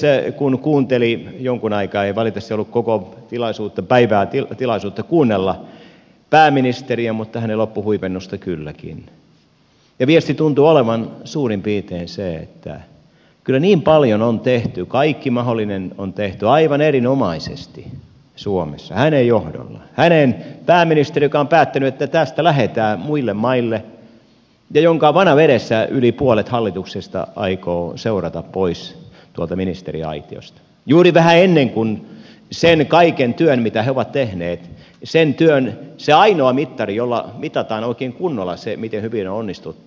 kun kuunteli jonkun aikaa pääministeriä ei valitettavasti ollut koko päivää tilaisuutta kuunnella mutta hänen loppuhuipennustaan kylläkin viesti tuntui olevan suurin piirtein se että kyllä niin paljon on tehty kaikki mahdollinen on tehty aivan erinomaisesti suomessa hänen johdollaan hänen pääministerin joka on päättänyt että tästä lähdetään muille maille ja jonka vanavedessä yli puolet hallituksesta aikoo seurata pois tuolta ministeriaitiosta juuri vähän ennen sen kaiken työn mitä he ovat tehneet ainoaa mittaria jolla mitataan oikein kunnolla se miten hyvin on onnistuttu